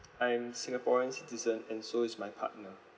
I'm singaporean citizen and so is my partner